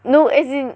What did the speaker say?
no as in